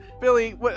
Billy